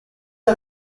are